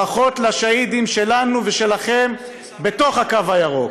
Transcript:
ברכות לשהידים שלנו ושלכם בתוך הקו הירוק.